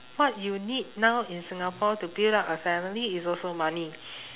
what you need now in singapore to build up a family is also money